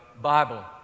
Bible